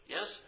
Yes